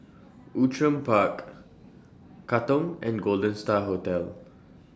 Outram Park Katong and Golden STAR Hotel